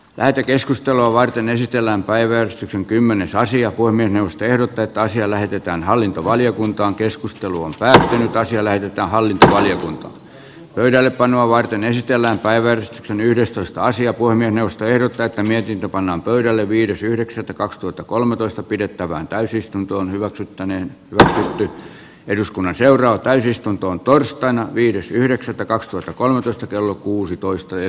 lähetekeskustelua varten esitellään päiväys on kymmenes saisi joku on minusta ehdotettaisi lähetetään hallintovaliokuntaan keskusteluun pärtin kai siellä ja hallintaan ensin pöydällepanoa varten esitellään päivän yhdestoista asia kuin ostajaehdokkaita mietintö pannaan pöydälle viides yhdeksättä kaksituhattakolmetoista pidettävään täysistunto hyväksyttäneen pysähtyi eduskunnan seuraava täysistuntoon torstaina viides yhdeksättä sitten energiapolitiikkaa eteenpäin viedään